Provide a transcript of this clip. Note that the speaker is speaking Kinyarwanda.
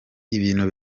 ibintu